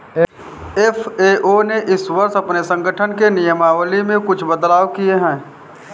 FAO ने इस वर्ष अपने संगठन के नियमावली में कुछ बदलाव किए हैं